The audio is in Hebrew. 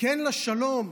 "כן לשלום,